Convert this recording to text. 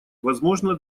возможно